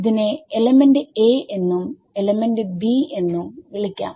ഇതിനെ എലമെന്റ് aഎന്നും എലമെന്റ് bഎന്നും വിളിക്കാം